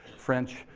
french,